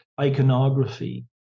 iconography